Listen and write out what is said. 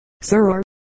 sir